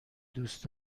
دوست